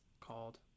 called